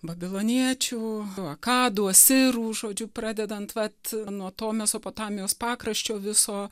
babiloniečių akadų asirų žodžiu pradedant vat nuo to mesopotamijos pakraščio viso